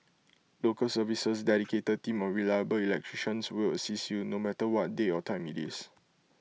local service's dedicated team of reliable electricians will assist you no matter what day or time IT is